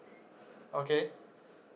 okay